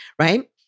right